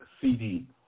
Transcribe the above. CD